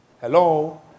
Hello